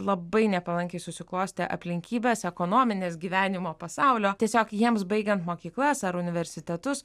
labai nepalankiai susiklostė aplinkybės ekonominės gyvenimo pasaulio tiesiog jiems baigiant mokyklas ar universitetus